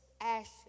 ashes